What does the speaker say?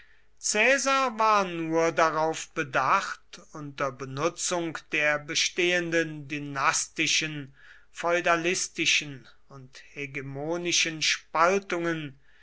war nur darauf bedacht unter benutzung der bestehenden dynastischen feudalistischen und hegemonischen spaltungen